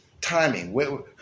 Timing